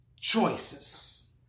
choices